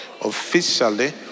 Officially